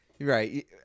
Right